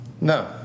No